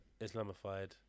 Islamified